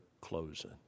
closing